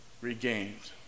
Regained